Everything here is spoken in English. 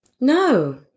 No